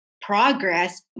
progress